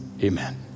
Amen